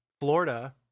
Florida